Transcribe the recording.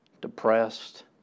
depressed